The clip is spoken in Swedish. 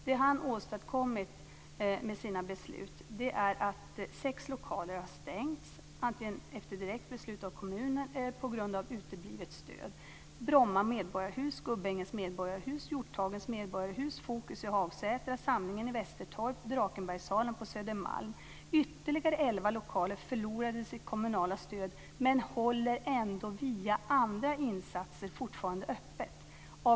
Det han åstadkommit med sina beslut är att sex lokaler har stängts antingen efter direkt beslut av kommunen eller på grund av uteblivet stöd. Det är Bromma Medborgarhus, Ytterligare elva lokaler förlorade sitt kommunala stöd men håller ändå via andra insatser fortfarande öppet.